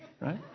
right